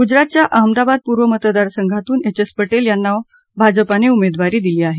गुजरातच्या अहमदाबाद पूर्व मतदारसंघातून एच एस पटेल यांना भाजपाने उमेदवारी दिली आहे